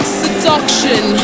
seduction